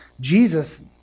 Jesus